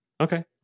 Okay